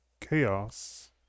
chaos